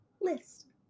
list